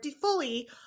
fully